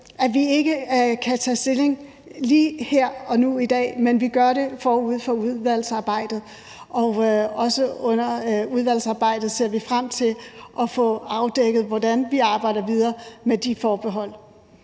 sagde, ikke kan tage stilling lige her og nu i dag, men at vi gør det forud for udvalgsarbejdet. Og under udvalgsarbejdet ser vi også frem til at få afdækket, hvordan vi arbejder videre med de forbehold.